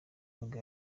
nibwo